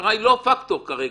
המשטרה היא לא פקטור כרגע.